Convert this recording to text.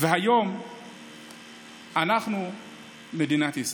והיום אנחנו מדינת ישראל,